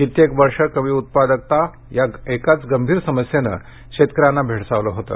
कित्येक वर्षे कमी उत्पादकता ह्या एकाच गंभीर समस्येनं शेतकऱ्यांना भेडसावलं होतं